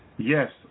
Yes